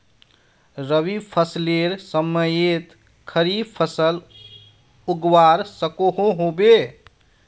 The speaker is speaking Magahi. रवि फसलेर समयेत खरीफ फसल उगवार सकोहो होबे?